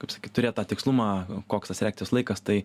kaip sakyt turėt tą tikslumą koks tas reakcijos laikas tai